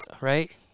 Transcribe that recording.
right